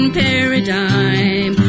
paradigm